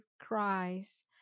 cries